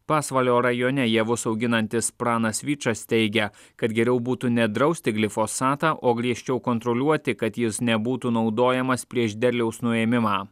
pasvalio rajone javus auginantis pranas vyčas teigia kad geriau būtų ne drausti glifosatą o griežčiau kontroliuoti kad jis nebūtų naudojamas prieš derliaus nuėmimą